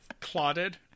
clotted